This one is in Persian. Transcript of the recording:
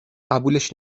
قبولش